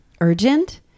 urgent